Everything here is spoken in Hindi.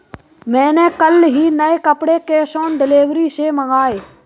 मैंने कल ही नए कपड़े कैश ऑन डिलीवरी से मंगाए